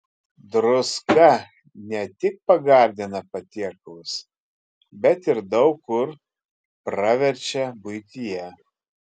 druska ne tik pagardina patiekalus bet ir daug kur praverčia buityje